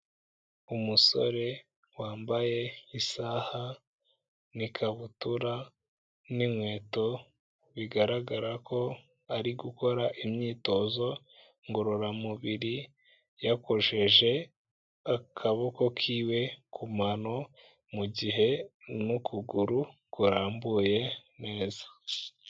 Umusore wambaye isaha n'ikabutura n'inkweto, bigaragara ko ari gukora imyitozo ngororamubiri, yakojeje akaboko k'iwe ku manano, mu gihe n'ukuguru kurambuye neza.